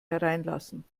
hereinlassen